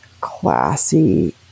classy